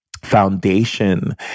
foundation